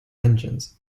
engines